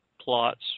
plots